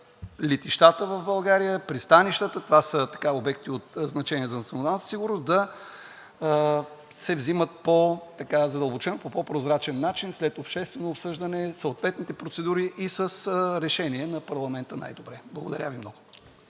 летищата в България, пристанищата, това са обекти от значение за националната сигурност, да се взимат по по-задълбочен, по по-прозрачен начин, след обществено обсъждане, съответните процедури и с решение на парламента най-добре. Благодаря Ви много!